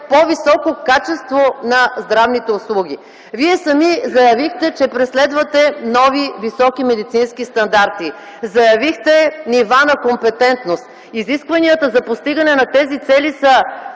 по-високо качество на здравните услуги. Вие сами заявихте, че преследвате нови високи медицински стандарти. Заявихте нива на компетентност. Изискванията за постигане на тези цели са